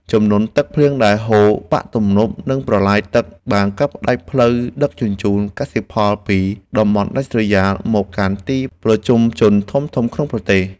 ជំនន់ទឹកភ្លៀងដែលហូរបាក់ទំនប់និងប្រឡាយទឹកបានកាត់ផ្តាច់ផ្លូវដឹកជញ្ជូនកសិផលពីតំបន់ដាច់ស្រយាលមកកាន់ទីប្រជុំជនធំៗក្នុងប្រទេស។